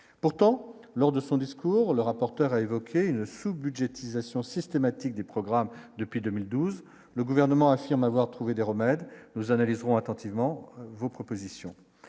pourtant, lors de son discours, le rapporteur a évoqué une sous-budgétisation systématique du programme depuis 2012, le gouvernement affirme avoir trouver des remèdes. Nous analyserons attentivement vos propositions